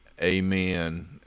Amen